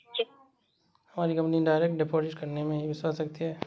हमारी company direct deposit करने में ही विश्वास रखती है